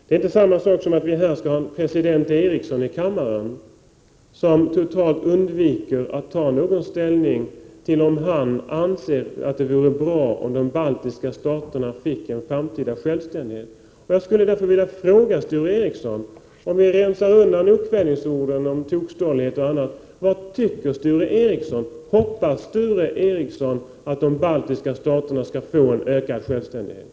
Det är inte samma sak som att vi här skall ha en president Ericson i kammaren som totalt undviker att ta någon ställning till om det vore bra med en framtida självständighet för de baltiska staterna. Jag skulle därför vilja fråga Sture Ericson: Om vi rensar undan sådana okvädingsord som tokstolligheter och annat, vad anser Sture Ericson? Hoppas Sture Ericson att de baltiska staterna skall få en ökad självständighet?